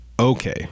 Okay